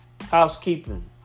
Housekeeping